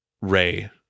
Ray